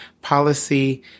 policy